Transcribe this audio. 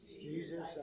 Jesus